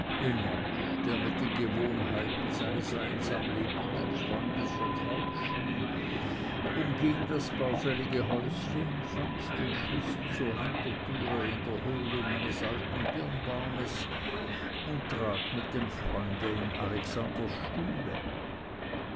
mit den gewohnheiten seines einsam lebenden freundes vertraut schien umging das baufällige häuschen fand den schlüssel zur hintertüre in der höhlung eines alten birnbaumes und trat mit dem freunde in alexanders stube